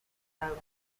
houses